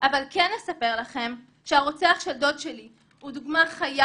אבל כן אספר לכם שהרוצח של דוד שלי הוא דוגמה חיה